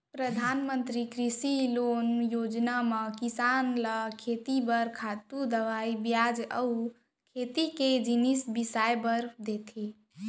परधानमंतरी कृषि लोन योजना म किसान ल खेती बर खातू, दवई, बीजा अउ खेती के जिनिस बिसाए बर दे जाथे